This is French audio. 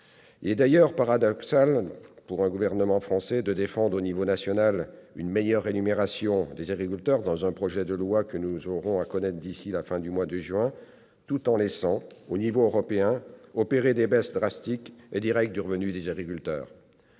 Il est d'ailleurs paradoxal pour un gouvernement français de défendre au niveau national une meilleure rémunération pour les agriculteurs dans un projet de loi que nous aurons à connaître d'ici à la fin du mois de juin, tout en laissant, au niveau européen, opérer des baisses drastiques et directes des revenus des agriculteurs.